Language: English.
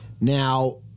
Now